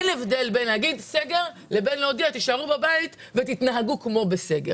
אין הבדל בין לומר סגר לבין להודיע תישארו בבית ותתנהגו כמו בסגר.